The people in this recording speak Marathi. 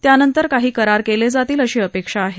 त्यानंतर काही करार केले जातील अशी अपेक्षा आहे